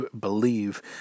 believe